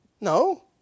No